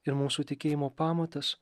ir mūsų tikėjimo pamatas